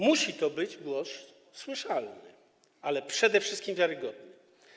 Musi to być głos słyszalny, ale przede wszystkim wiarygodny.